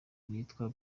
ryitwa